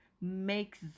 makes